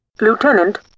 Lieutenant